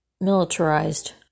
militarized